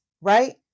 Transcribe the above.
right